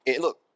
Look